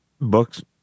Books